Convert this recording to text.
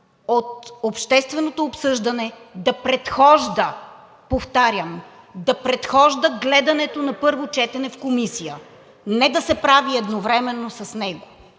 от общественото обсъждане да предхожда, повтарям, да предхожда гледането на първо четене в комисия, а не да се прави едновременно с него.